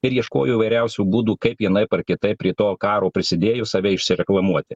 ir ieškojo įvairiausių būdų kaip vienaip ar kitaip prie to karo prisidėjus save išsireklamuoti